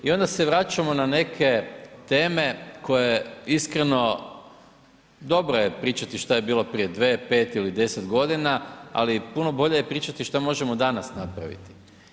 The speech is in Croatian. I onda se vraćamo na neke teme koje iskreno dobro je pričati šta je bilo prije 2, 5 ili 10 g., ali puno bolje je pričati šta možemo danas napraviti.